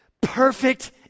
perfect